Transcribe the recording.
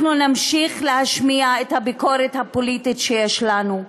אנחנו נמשיך להשמיע את הביקורת הפוליטית שיש לנו,